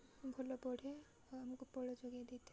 ଭଲ ବଢ଼େ ଆମକୁ ଫଳ ଯୋଗେଇ ଦେଇଥାଏ